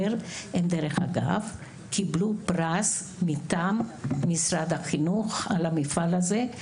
אגב, הם קיבלו פרס מטעם משרד החינוך על המפעל הזה.